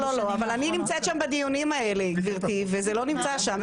אני נמצאת שם בדיונים האלה וזה לא נמצא שם.